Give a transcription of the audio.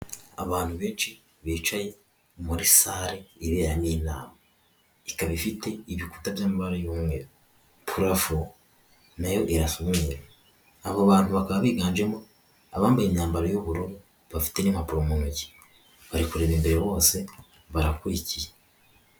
Abantu benshi bicaye muri sare ya iberamo inama ikaba ifite ibikuta by'amabara y'umweru, purafu nayo irasa abo bantu baka biganjemo abambaye imyambaro y'ubururu, bafite impapuro mu ntoki bari kureba imbere bose barakurikiye.